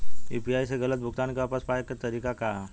UPI से गलत भुगतान के वापस पाये के तरीका का ह?